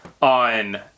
on